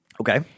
Okay